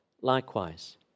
Likewise